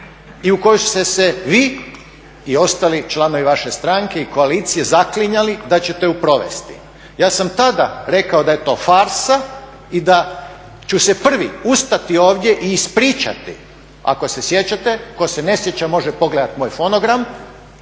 i u kojoj ste se vi i ostali članovi vaše stranke i koalicije zaklinjali da ćete je provesti. Ja sam tada rekao da je to farsa i da ću se prvi ustati ovdje i ispričati ako se sjećate, ko se ne sjeća može pogledati moj fonogram,